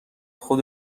خود